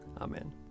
Amen